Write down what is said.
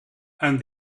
and